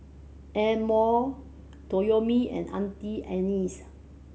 Amore Toyomi and Auntie Anne's